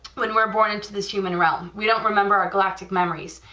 when we're born into this human realm, we don't remember our galactic memories,